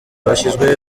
yashyizwe